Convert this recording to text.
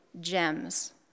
gems